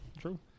True